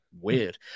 weird